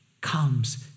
comes